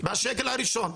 מהשקל הראשון.